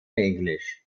english